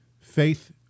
Faith